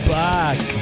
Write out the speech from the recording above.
back